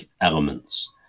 elements